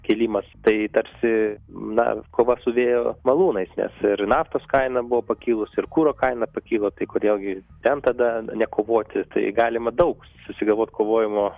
kėlimas tai tarsi na kova su vėjo malūnais nes ir naftos kaina buvo pakilus ir kuro kaina pakyla tai kodėl gi ten tada nekovoti tai galima daug susigalvot kovojimo